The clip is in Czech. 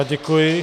Děkuji.